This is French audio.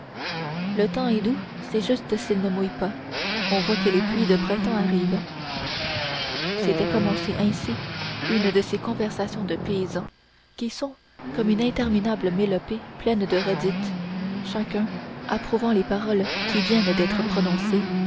le temps est doux c'est tout juste s'il ne mouille pas on voit que les pluies de printemps arrivent c'était commencer ainsi une de ces conversations de paysans qui sont comme une interminable mélopée pleine de redites chacun approuvant les paroles qui viennent d'être prononcées